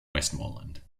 westmoreland